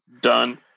done